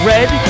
Red